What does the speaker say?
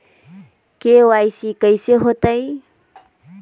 KYC कैसे होतई?